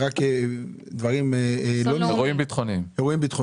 אירועים ביטחוניים.